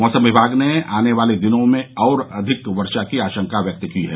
मौसम विभाग ने आने वाले दिनों में और अधिक वर्षा की आशंका व्यक्त की है